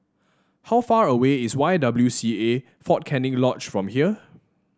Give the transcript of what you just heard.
how far away is Y W C A Fort Canning Lodge from here